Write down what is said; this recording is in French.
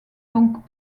donc